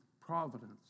providence